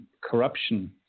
corruption